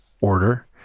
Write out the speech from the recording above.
order